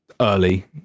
early